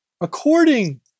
according